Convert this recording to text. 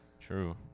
True